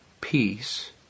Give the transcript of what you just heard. Peace